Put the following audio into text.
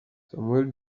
samuel